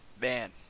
Man